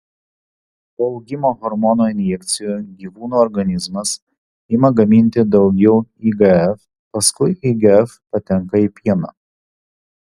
po augimo hormono injekcijų gyvūnų organizmas ima gaminti daugiau igf paskui igf patenka į pieną